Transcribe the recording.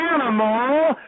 Animal